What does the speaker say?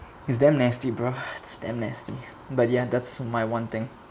it's damn nasty bro it's damn nasty but ya that's my one thing